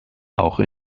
auch